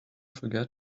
forget